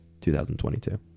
2022